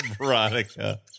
Veronica